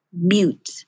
mute